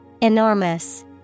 Enormous